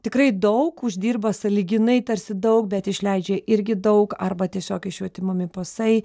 tikrai daug uždirba sąlyginai tarsi daug bet išleidžia irgi daug arba tiesiog iš jų atimami pasai